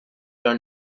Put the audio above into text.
are